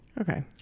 Okay